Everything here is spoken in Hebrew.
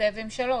מתכתב עם 3,